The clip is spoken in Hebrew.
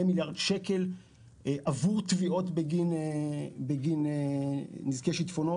מיליארד שקל עבור תביעות בגין נזקי שיטפונות.